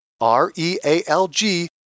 R-E-A-L-G